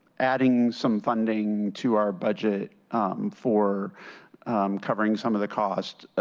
adding some funding to our budget for covering some of the cost.